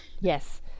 Yes